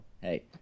hey